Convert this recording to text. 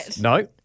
No